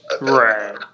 Right